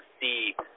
see